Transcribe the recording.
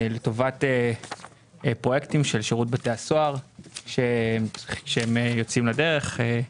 לטובת פרויקטים של שירות בתי הסוהר שיוצאים לדרך.